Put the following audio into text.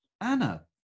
Anna